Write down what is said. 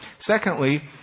Secondly